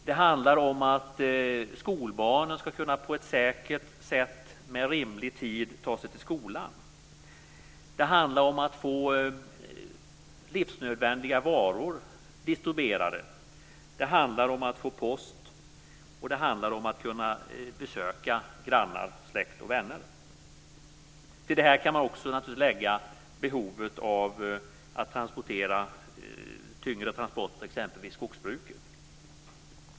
Det handlar om att skolbarnen på ett säkert sätt och inom rimlig tid ska kunna ta sig till skolan. Det handlar om att få livsnödvändiga varor distribuerade. Det handlar om att kunna få post och att kunna besöka grannar, släkt och vänner. Till detta kan man naturligtvis också lägga behovet av tyngre transporter i t.ex. skogsbruket.